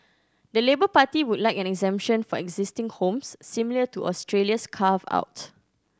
the Labour Party would like an exemption for existing homes similar to Australia's carve out